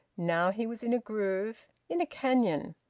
now he was in a groove, in a canyon.